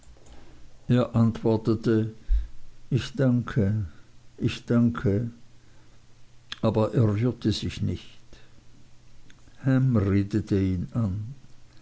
antwortete ich danke ich danke aber er rührte sich nicht ham redete ihn an